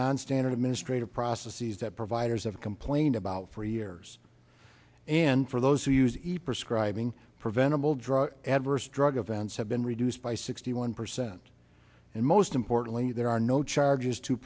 nonstandard administrative processes that providers have complained about for years and for those who use each prescribing preventable drug adverse drug events have been reduced by sixty one percent and most importantly there are no charges to